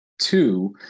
two